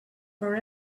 for